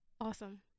awesome